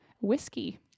whiskey